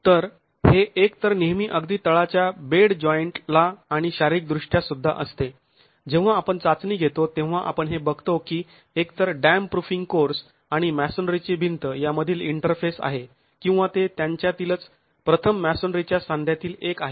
तर हे एकतर नेहमी अगदी तळाच्या बेड जॉईंट ला आणि शारीरिक दृष्ट्या सुद्धा असते जेव्हा आपण चाचणी घेतो तेव्हा आपण हे बघतो की एकतर डॅम्प प्रुफिंग कोर्स आणि मॅसोनरीची भिंत यामधील इंटरफेस आहे किंवा ते त्यांच्यातीलच प्रथम मॅसोनरीच्या सांध्यातील एक आहे